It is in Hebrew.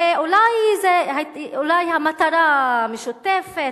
ואולי המטרה משותפת,